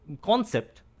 concept